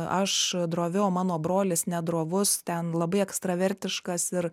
aš drovi o mano brolis ne drovus ten labai ekstravertiškas ir